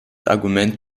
argument